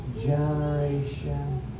generation